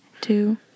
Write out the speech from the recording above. two